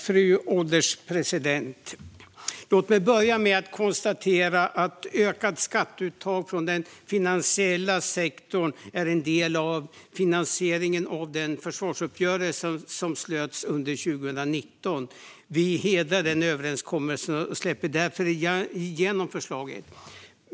Fru ålderspresident! Låt mig börja med att konstatera att ökat skatteuttag från den finansiella sektorn är en del av finansieringen av den försvarsuppgörelse som slöts under 2019. Vi hedrar den överenskommelsen och släpper därför igenom förslaget.